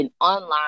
online